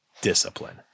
discipline